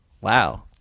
Wow